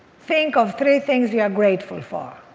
think of three things you are grateful for